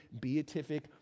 beatific